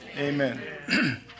amen